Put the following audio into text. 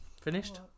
Finished